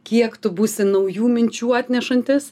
kiek tu būsi naujų minčių atnešantis